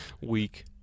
Weak